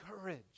courage